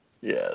Yes